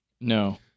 no